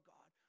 God